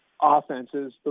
Offenses